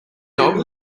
dog